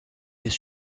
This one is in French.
des